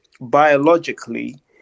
biologically